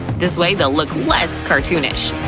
this way, they'll look less cartoonish.